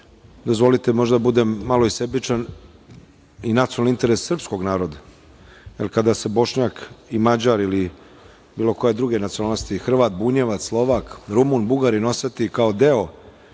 dozvolite, možda budem i malo sebičan, i nacionalni interes srpskog naroda, jer kada se Bošnjak i Mađar, ili bilo koje druge nacionalnosti Hrvat, Bunjevac, Slovak, Rumun, Bugarin oseti kao deo